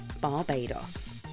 Barbados